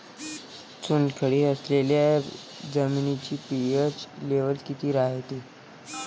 चुनखडी असलेल्या जमिनीचा पी.एच लेव्हल किती रायते?